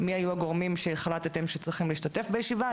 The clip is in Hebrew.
מי היו גורמים שהחלטתם שצריכים להשתתף בישיבה.